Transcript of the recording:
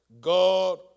God